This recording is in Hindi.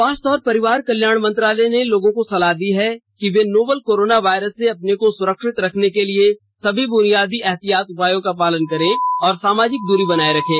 स्वास्थ्य और परिवार कल्याण मंत्रालय ने लोगों को सलाह दी है कि वे नोवल कोरोना वायरस से अपने को सुरक्षित रखने के लिए सभी बुनियादी एहतियाती उपायों का पालन करें और सामाजिक दूरी बनाए रखें